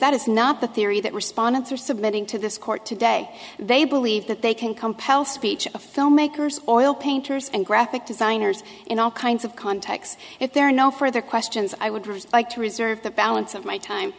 that it's not the theory that respondents are submitting to this court today they believe that they can compel speech filmmakers oil painters and graphic designers in all kinds of contacts if there are no further questions i would like to reserve the balance of my time